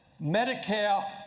Medicare